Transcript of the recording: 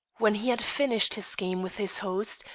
when he had finished his game with his host,